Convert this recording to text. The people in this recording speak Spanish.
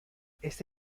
este